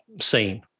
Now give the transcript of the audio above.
seen